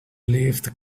lift